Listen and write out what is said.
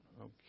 Okay